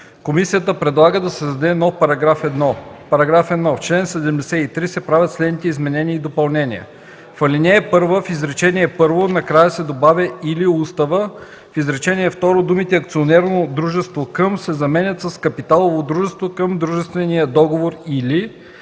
Комисията предлага да се създаде нов § 1: „§ 1. В чл. 73 се правят следните изменения и допълнения: 1. В ал. 1 в изречение първо накрая се добавя „или устава”, в изречение второ думите „акционерно дружество към” се заменят с „капиталово дружество към дружествения договор или”